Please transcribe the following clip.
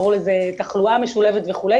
קראו לזה תחלואה משולבת וכו',